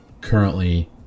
currently